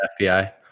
FBI